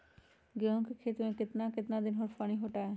गेंहू के खेत मे कितना कितना दिन पर पानी पटाये?